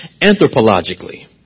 anthropologically